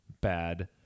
bad